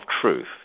truth